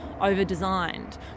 over-designed